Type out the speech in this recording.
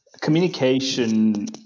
communication